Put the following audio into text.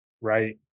right